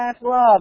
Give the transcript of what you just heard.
love